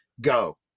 Go